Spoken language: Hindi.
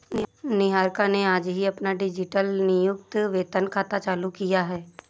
निहारिका ने आज ही अपना डिजिटल नियोक्ता वेतन खाता चालू किया है